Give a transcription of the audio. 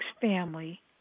family